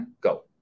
go